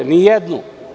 Nijednu.